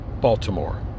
baltimore